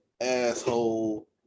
asshole